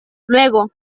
luego